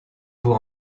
vous